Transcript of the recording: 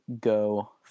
go